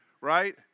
Right